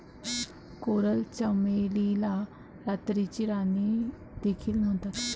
coral चमेलीला रात्रीची राणी देखील म्हणतात